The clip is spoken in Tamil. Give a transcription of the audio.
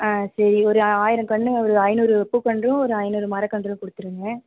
ஆ சரி ஒரு ஆயிரம் கன்று ஒரு ஐந்நூறு பூக்கன்றும் ஒரு ஐந்நூறு மரக்கன்றும் கொடுத்துருங்க